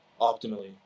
optimally